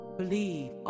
believe